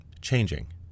changing